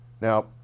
Now